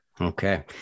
Okay